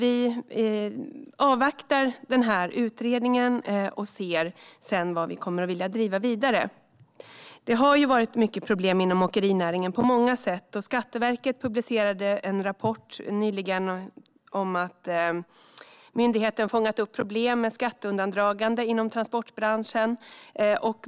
Vi avvaktar därför utredningen och ser sedan vad vi kommer att vilja driva vidare. Det har ju varit mycket problem inom åkerinäringen, på många sätt, och Skatteverket publicerade nyligen en rapport om att myndigheten fångat upp problem med skatteundandragande inom transportbranschen.